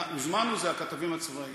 הוזמנו, הכתבים הצבאיים,